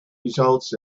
results